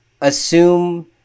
assume